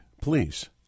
please